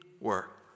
work